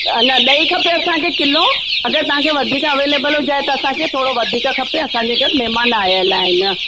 अना ॾही खपे असांखे किलो अगरि तव्हांखे वधीक एवेलेबल हुजे त असांखे थोरो वधीक खपे असांजे घरु महिमान आयल आहिनि अञा